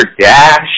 dash